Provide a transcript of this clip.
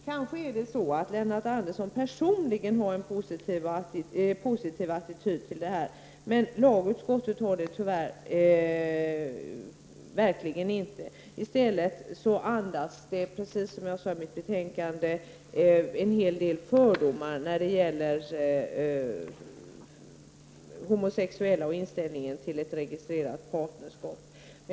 Kanske är det så att Lennart Andersson personligen har en positiv attityd till detta, men lagutskottet har det tyvärr verkligen inte. I stället andas betänkandet, precis som jag sade i mitt anförande, en hel del av fördomar när det gäller homosexuella och inställningen till ett registrerat partnerskap.